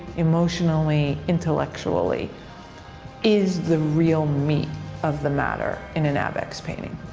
emotionally, intellectually is the real meat of the matter in an abex painting.